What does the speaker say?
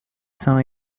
son